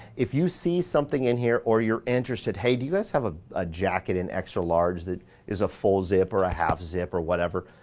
if you see something in here or you're interested, hey do you guys have ah a jacket in extra large that is a full zip or a half zip or whatever?